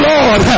Lord